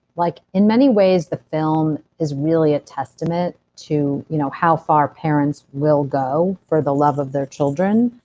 like, in many ways the film is really a testament to you know how far parents will go for the love of their children.